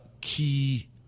key